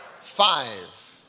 five